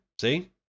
see